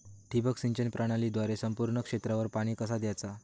ठिबक सिंचन प्रणालीद्वारे संपूर्ण क्षेत्रावर पाणी कसा दयाचा?